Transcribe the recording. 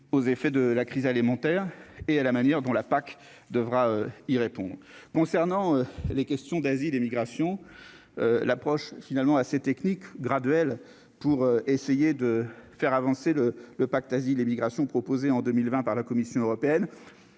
aux effets de la crise alimentaire et à la manière dont la PAC devra y répondre concernant les questions d'asile immigration l'approche finalement assez technique graduelle pour essayer de faire avancer le le pacte Asile et immigration proposé en 2020 par la Commission européenne,